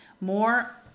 More